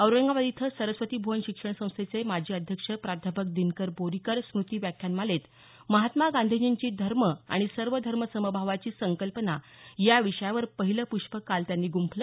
औरंगाबाद इथं सरस्वती भूवन शिक्षण संस्थेचे माजी अध्यक्ष प्राध्यापक दिनकर बोरीकर स्मूती व्याख्यान मालेत महात्मा गांधीजींची धर्म आणि सर्वधर्म समभावाची संकल्पना या विषयावर पहिलं प्ष्प काल त्यांनी गुंफलं